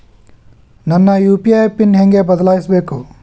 ನನ್ನ UPI pin ಹೆಂಗ್ ಬದ್ಲಾಯಿಸ್ಬೇಕು?